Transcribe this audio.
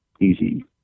easy